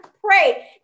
pray